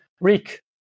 Rick